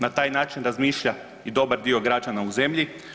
Na taj način razmišlja i dobar dio građana u zemlji.